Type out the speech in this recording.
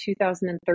2013